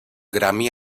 grammy